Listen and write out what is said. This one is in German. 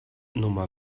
nummer